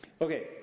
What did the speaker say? Okay